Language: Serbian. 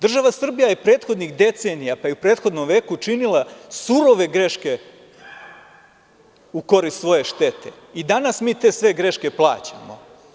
Država Srbija je prethodnih decenija, pa i u prethodnom veku činila surove greške u korist svoje štete i danas mi te sve greške plaćamo.